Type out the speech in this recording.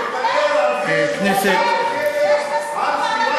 הדובר הבא, חבר הכנסת אחמד